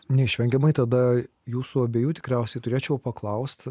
neišvengiamai tada jūsų abiejų tikriausiai turėčiau paklausti